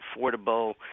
affordable